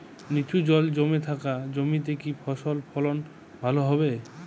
নিচু জল জমে থাকা জমিতে কি ফসল ফলন ভালো হবে?